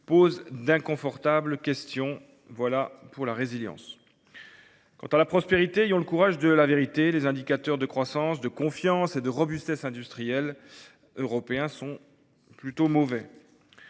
pose d’inconfortables questions. Voilà pour la résilience ! Sur la prospérité, ayons le courage de la vérité : les indicateurs de croissance, de confiance et de robustesse industrielle européens sont plutôt mauvais.